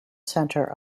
center